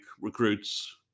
recruits